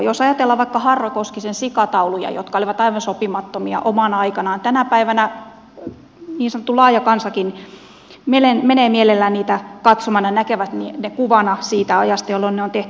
jos ajatellaan vaikka harro koskisen sikatauluja jotka olivat aivan sopimattomia omana aikanaan tänä päivänä niin sanottu laaja kansakin menee mielellään niitä katsomaan ja näkee ne kuvana siitä ajasta jolloin ne on tehty